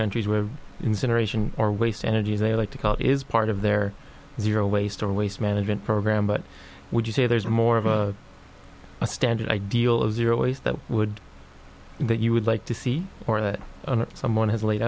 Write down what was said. countries where incineration or waste energy as they like to call it is part of their zero waste or waste management program but would you say there's more of a standard ideal of zero ways that would that you would like to see or that someone has laid